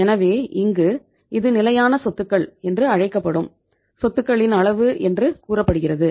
எனவே இங்கு இது நிலையான சொத்துகள் என்று அழைக்கப்படும் சொத்துகளின் அளவு என்று கூறபடுகிறது